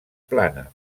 plana